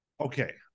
okay